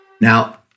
Now